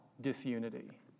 disunity